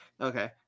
Okay